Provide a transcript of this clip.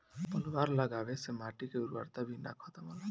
पलवार लगावे से माटी के उर्वरता भी ना खतम होला